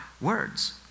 words